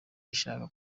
ishaka